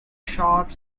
sharp